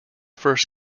first